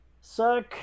Suck